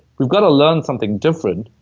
we've gotta learn something different,